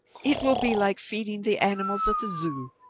it will be like feeding the animals at the zoo,